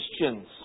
Christians